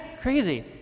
Crazy